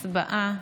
הצבעה,